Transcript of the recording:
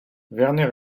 werner